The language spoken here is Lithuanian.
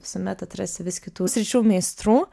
visuomet atrasi vis kitų sričių meistrų